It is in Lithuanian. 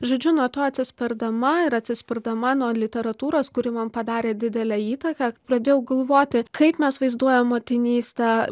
žodžiu nuo to atsispirdama ir atsispirdama nuo literatūros kuri man padarė didelę įtaką pradėjau galvoti kaip mes vaizduojam motinystę